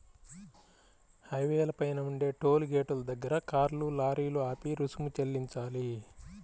హైవేల పైన ఉండే టోలు గేటుల దగ్గర కార్లు, లారీలు ఆపి రుసుము చెల్లించాలి